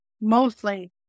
mostly